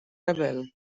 rebel